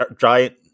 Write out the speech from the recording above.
giant